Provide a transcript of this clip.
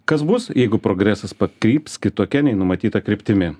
kas bus jeigu progresas pakryps kitokia nei numatyta kryptimi